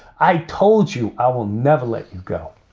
i told you i will never let you go